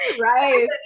Right